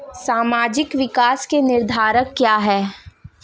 सामाजिक विकास के निर्धारक क्या है?